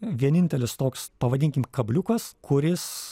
vienintelis toks pavadinkim kabliukas kuris